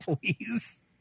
please